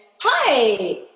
hi